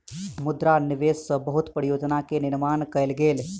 मुद्रा निवेश सॅ बहुत परियोजना के निर्माण कयल गेल